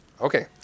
Okay